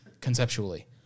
conceptually